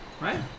right